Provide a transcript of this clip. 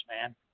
man